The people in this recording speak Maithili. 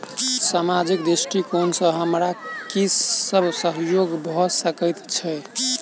सामाजिक दृष्टिकोण सँ हमरा की सब सहयोग भऽ सकैत अछि?